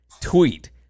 tweet